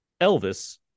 elvis